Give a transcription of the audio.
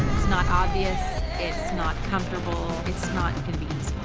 it's not obvious, it's not comfortable, it's not gonna be